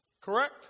Correct